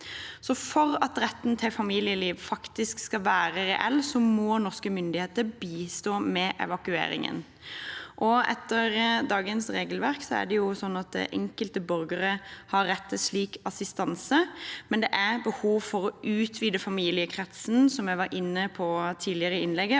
For at retten til familieliv faktisk skal være reell, må norske myndigheter bistå med evakueringen. Etter dagens regelverk har enkelte borgere rett til slik assistanse, men det er behov for å utvide familiekretsen – som jeg var inne på tidligere – og